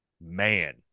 man